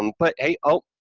um but, hey, oh,